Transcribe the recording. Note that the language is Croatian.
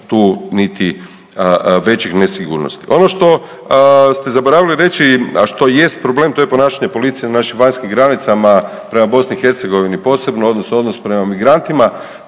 baš niti većih nesigurnosti. Ono što ste zaboravili reći, a što jest problem to je ponašanje policije na našim vanjskim granicama prema BiH posebno odnosno odnos prema migrantima.